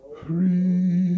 free